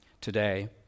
Today